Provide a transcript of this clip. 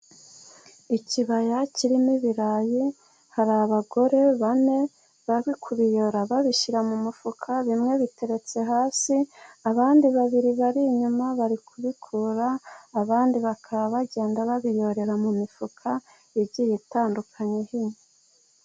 Ikibaya kirimo ibirayi, hari abagore bane bari kubiyora babishyira mu mufuka, bimwe biteretse hasi, abandi babiri bari inyuma, bari kubikura, abandi bakaba bagenda babiyorera mu mifuka, igiye itandukanye.